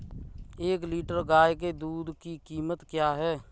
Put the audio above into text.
एक लीटर गाय के दूध की कीमत क्या है?